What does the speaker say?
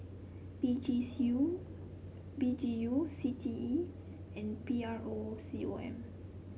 P G P G U C T E and P R O C O M